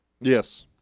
Yes